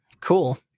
cool